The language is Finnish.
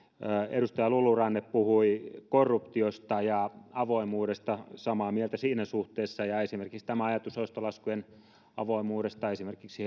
edustaja lulu ranne puhui korruptiosta ja avoimuudesta olen samaa mieltä siinä suhteessa ja esimerkiksi tästä ajatuksesta ostolaskujen avoimuudesta esimerkiksi